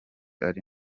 ari